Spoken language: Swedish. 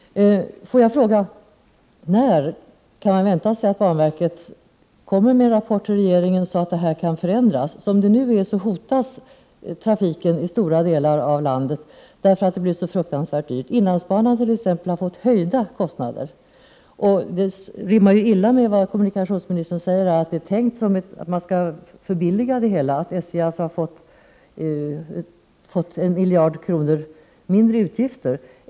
Får jag fråga: När kan banverket förväntas komma med en rapport till regeringen så att det kan bli en ändring? Som det nu är hotas trafiken i stora delar av landet därför att det blir så fruktansvärt dyrt. Inlandsbanan har t.ex. fått höjda kostnader, och det rimmar illa med det som kommunikationsministern säger, dvs. att det hela skall förbilligas — SJ har alltså fått 1 miljard kronor mindre i utgifter.